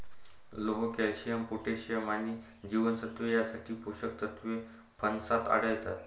लोह, calcium, potassium आणि जीवनसत्त्वे यांसारखी पोषक तत्वे फणसात आढळतात